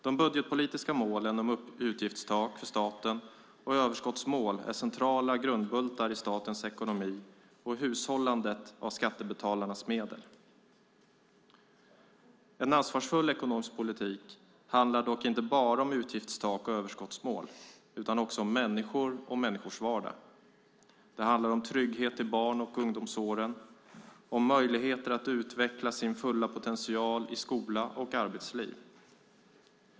De budgetpolitiska målen om utgiftstak för staten och överskottsmål är centrala grundbultar i statens ekonomi och hushållandet av skattebetalarnas medel. En ansvarsfull ekonomisk politik handlar dock inte bara om utgiftstak och överskottsmål utan också om människor och människors vardag. Det handlar om trygghet i barn och ungdomsåren och möjligheter att utveckla sin fulla potential i skola och arbetsliv.